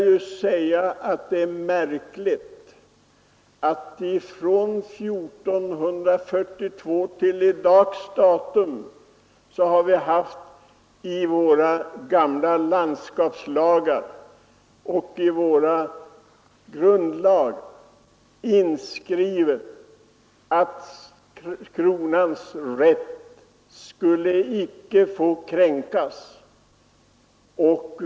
Det är märkligt att vi från år 1442 till dags dato i våra landskapslagar och våra grundlagar har haft inskrivet att kronans rätt icke skulle få kränkas.